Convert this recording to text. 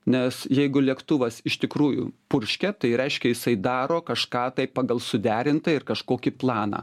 nes jeigu lėktuvas iš tikrųjų purškia tai reiškia jisai daro kažką tai pagal suderintą ir kažkokį planą